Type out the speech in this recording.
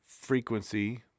frequency